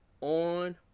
on